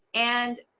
and